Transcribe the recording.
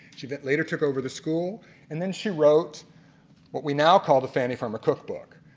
she but later took over the school and then she wrote what we now call the fannie farmer cook book.